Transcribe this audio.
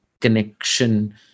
connection